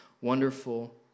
wonderful